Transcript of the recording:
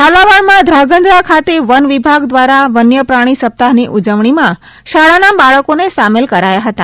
ઝાલાવાડમાં ધ્રાંગધ્રા ખાતે વન વિભાગ દ્વારા વન્ય પ્રાણી સપ્તાહની ઊજવણીમાં શાળાના બાળકોને સામેલ કરાયા હતા